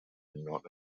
not